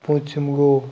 پونژِم گوٚو